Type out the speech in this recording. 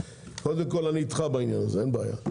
קודם כל אני אתך בעניין הזה, אין בעיה.